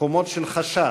חומות של חשש,